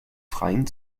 freien